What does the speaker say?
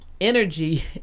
energy